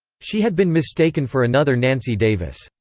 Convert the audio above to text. she had been mistaken for another nancy davis.